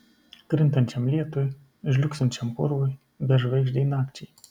krintančiam lietui žliugsinčiam purvui bežvaigždei nakčiai